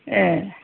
ए